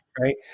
Right